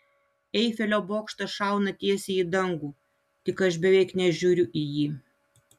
eifelio bokštas šauna tiesiai į dangų tik aš beveik nežiūriu į jį